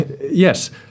Yes